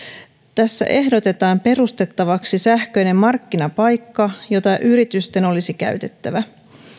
tässä ehdotetaan perustettavaksi sähköinen markkinapaikka jota yritysten olisi käytettävä